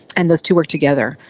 and those two work together.